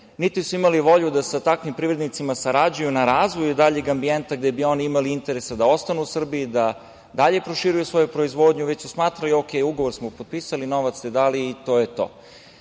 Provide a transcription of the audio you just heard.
niti su imali volju da sa takvim privrednicima sarađuju na razvoju daljeg ambijenta, gde bi oni imali interesa da ostanu u Srbiji, da dalje proširuju svoju proizvodnju, već su smatrali – okej, ugovor smo potpisali, novac ste dali i to je